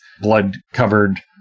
blood-covered